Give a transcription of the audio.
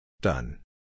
Done